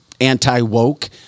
anti-woke